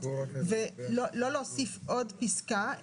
לא להוסיף עוד פסקה,